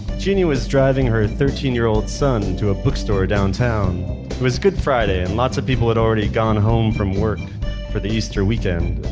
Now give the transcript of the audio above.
genie was driving her thirteen year old son to a bookstore downtown. it was good friday and lots of people had already gone home from work for the easter weekend.